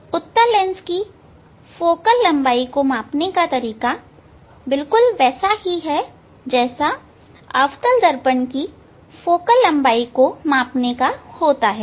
उत्तल लेंस की फोकल लंबाई को मापने का तरीका बिल्कुल वैसा ही है जैसा अवतल दर्पण की फोकल लंबाई को मापने का होता है